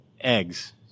eggs